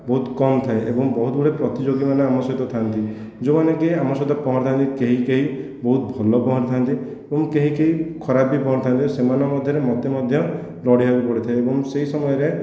ବହୁତ କମ ଥାଏ ଏବଂ ବହୁତ ଗୁଡ଼ାଏ ପ୍ରତିଯୋଗୀମାନେ ଆମ ସହିତ ଥାଆନ୍ତି ଯେଉଁମାନେକି ଆମ ସହ ପହଁରିଥାନ୍ତି କେହି କେହି ବହୁତ ଭଲ ପହଁରିଥାନ୍ତି ଏବଂ କେହି କେହି ଖରାପ ବି ପହଁରିଥାନ୍ତି ସେମାନଙ୍କ ମଧ୍ୟରେ ମୋତେ ମଧ୍ୟ ଲଢ଼ିବାକୁ ପଡ଼ିଥାଏ ଏବଂ ସେହି ସମୟରେ